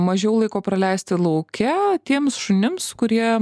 mažiau laiko praleisti lauke tiems šunims kurie